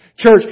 Church